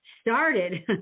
started